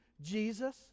Jesus